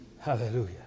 Hallelujah